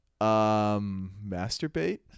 masturbate